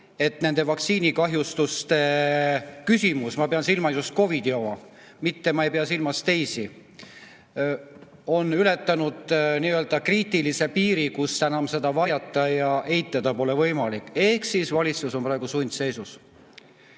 et nende vaktsiinikahjustuste küsimus – ma pean silmas just COVID-i oma, mitte ei pea silmas teisi – on ületanud kriitilise piiri, kus enam neid varjata ja eitada pole võimalik. Ehk valitsus on praegu sundseisus.